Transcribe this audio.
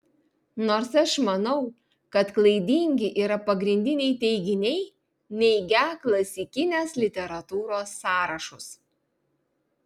nors aš manau kad klaidingi yra pagrindiniai teiginiai neigią klasikinės literatūros sąrašus